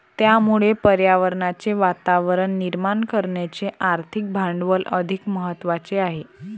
त्यामुळे पर्यावरणाचे वातावरण निर्माण करण्याचे आर्थिक भांडवल अधिक महत्त्वाचे आहे